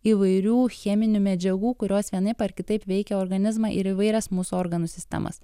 įvairių cheminių medžiagų kurios vienaip ar kitaip veikia organizmą ir įvairias mūsų organų sistemas